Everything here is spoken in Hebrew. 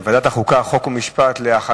התש"ע 2009, לוועדת החוקה, חוק ומשפט נתקבלה.